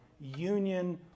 union